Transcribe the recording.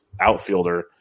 outfielder